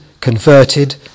converted